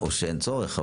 או שאין צורך,